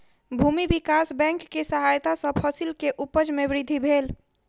भूमि विकास बैंक के सहायता सॅ फसिल के उपज में वृद्धि भेल